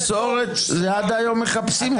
מסורת עד היום מחפשים אותו.